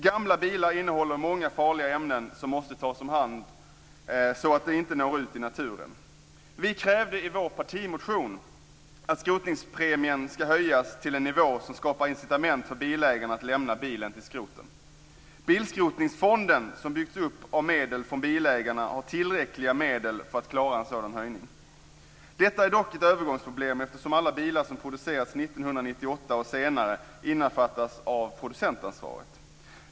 Gamla bilar innehåller många farliga ämnen som måste tas om hand så att de inte når ut i naturen. Vi krävde i vår partimotion att skrotningspremien ska höjas till en nivå som skapar incitament för bilägaren att lämna bilen till skroten. Bilskrotningsfonden som har byggts upp av medel från bilägarna har tillräckliga medel för att klara en sådan höjning. Detta är dock ett övergångsproblem eftersom alla bilar som har producerats 1998 och senare innefattas av producentansvaret.